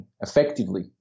effectively